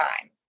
time